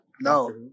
No